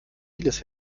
vieles